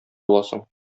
буласың